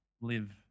live